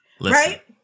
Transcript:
Right